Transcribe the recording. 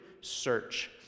search